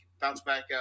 bounce-back